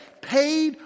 paid